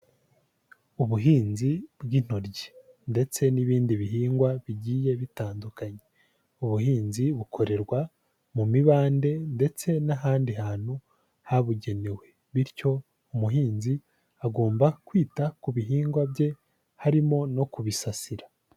Ubuhinzi bw'intoryi ndetse n'ibindi bihingwa bigiye bitandukanye, ubuhinzi bukorerwa mu mibande ndetse n'ahandi hantu habugenewe bityo umuhinzi agomba kwita ku bihingwa bye harimo no kubisasira.